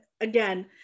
again